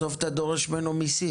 בסוף אתה דורש ממנו מיסים.